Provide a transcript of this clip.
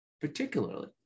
particularly